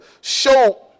show